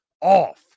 off